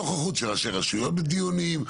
נוכחות של ראשי רשויות בדיונים,